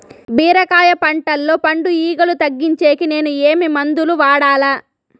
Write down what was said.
బీరకాయ పంటల్లో పండు ఈగలు తగ్గించేకి నేను ఏమి మందులు వాడాలా?